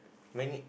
mainly